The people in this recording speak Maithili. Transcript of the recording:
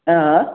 आएँ